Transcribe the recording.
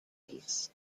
this